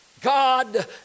God